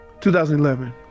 2011